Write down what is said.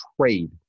trade